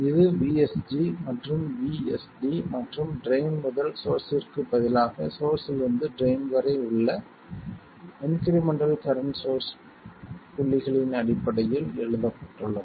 இது vSG மற்றும் vSD மற்றும் ட்ரைன் முதல் சோர்ஸ்ஸிற்கு பதிலாக சோர்ஸ்ஸிலிருந்து ட்ரைன் வரை உள்ள இன்க்ரிமெண்டல் கரண்ட் சோர்ஸ் புள்ளிகளின் அடிப்படையில் எழுதப்பட்டுள்ளது